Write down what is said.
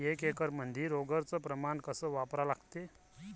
एक एकरमंदी रोगर च प्रमान कस वापरा लागते?